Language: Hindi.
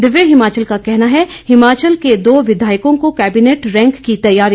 दिव्य हिमाचल का कहना है हिमाचल के दो विधायकों को केबिनेट रैंक की तैयारी